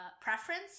preference